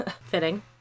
Fitting